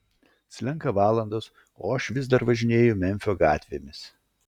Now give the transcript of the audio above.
slenka valandos o aš vis dar važinėju memfio gatvėmis